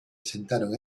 asentaron